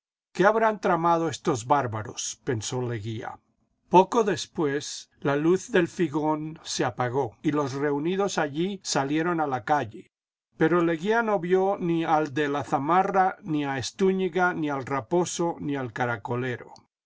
qué habrán tramado estos bárbaros pensó leguía poco después la luz del figón se apagó y los reunidos allí salieron a la calle pero leguía no vio ni al de la zamarra ni a estúñiga ni al raposo ni al caracolero